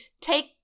take